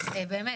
באמת,